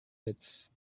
its